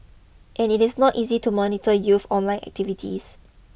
and it is not easy to monitor youth online activity